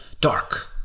dark